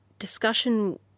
discussion